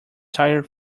tired